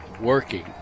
working